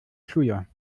schüler